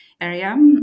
area